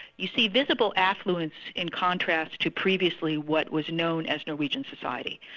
you see visible affluence in contrast to previously what was known as norwegian society.